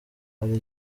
hari